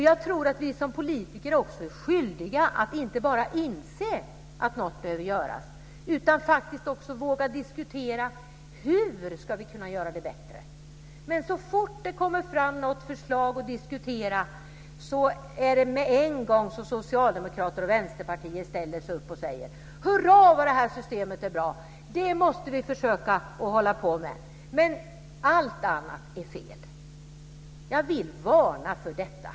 Jag tror att vi som politiker också är skyldiga att inte bara inse att något behöver göras, utan faktiskt våga diskutera hur vi ska kunna göra det bättre. Så fort det kommer fram ett förslag som kan diskuteras ställer sig socialdemokrater och vänsterpartister med en gång upp och säger: Hurra, vad det här systemet är bra! Det måste vi försöka behålla. Men allt annat är fel. Jag vill varna för detta.